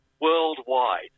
worldwide